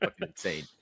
Insane